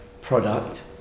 product